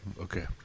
Okay